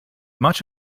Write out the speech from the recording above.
much